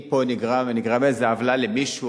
אם נגרמה פה איזו עוולה למישהו